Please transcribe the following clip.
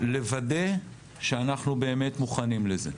לוודא שאנחנו באמת מוכנים לזה,